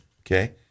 okay